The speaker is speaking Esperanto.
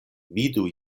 vidu